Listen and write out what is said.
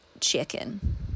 chicken